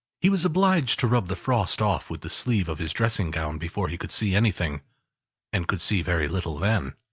he was obliged to rub the frost off with the sleeve of his dressing-gown before he could see anything and could see very little then.